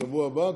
בשבוע הבא,